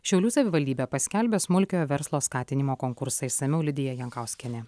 šiaulių savivaldybė paskelbė smulkiojo verslo skatinimo konkursą išsamiau lidija jankauskienė